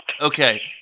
Okay